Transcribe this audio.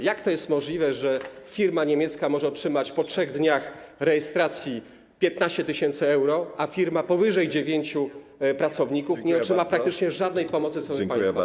Jak to jest możliwe, że firma niemiecka może otrzymać po 3 dniach rejestracji 15 tys. euro, a firma powyżej 10 pracowników nie otrzyma praktycznie żadnej pomocy ze strony państwa?